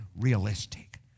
realistic